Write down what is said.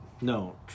No